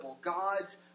God's